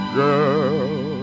girl